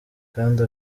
kandi